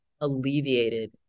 alleviated